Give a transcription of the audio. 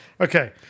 Okay